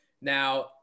Now